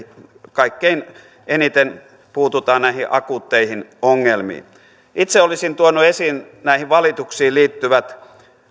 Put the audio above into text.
kaikkein eniten puututaan näihin akuutteihin ongelmiin itse olisin tuonut esiin näihin valituksiin liittyvät